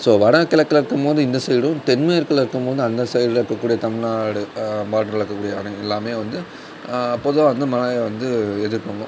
so வடகிழக்கில் இருக்கும்போது இந்த சைடும் தென்மேற்கில் இருக்கும்போது அந்த சைடில் இருக்கக்கூடிய தமிழ்நாடு பார்டரில் இருக்கக்கூடிய அணை எல்லாம் வந்து பொதுவாக வந்து மழையை வந்து எதிர்கொள்ளும்